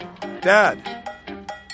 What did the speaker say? Dad